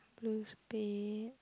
blue spade